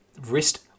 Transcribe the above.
wrist